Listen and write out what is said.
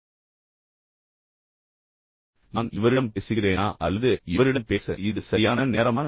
எனவே நான் இவரிடம் பேசுகிறேனா அல்லது இவரிடம் பேச இது சரியான நேரமா